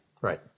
right